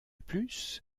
plus